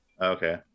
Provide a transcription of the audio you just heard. Okay